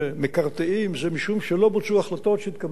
זה משום שלא בוצעו החלטות שהתקבלו לפני שמונה שנים,